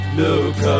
look